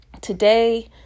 today